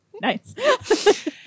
Nice